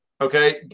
Okay